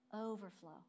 Overflow